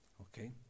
Okay